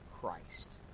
Christ